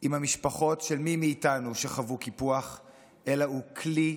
עם המשפחות של מי מאיתנו שחוו קיפוח, אלא הוא כלי,